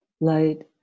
light